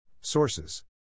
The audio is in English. Sources